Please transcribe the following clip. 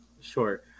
Sure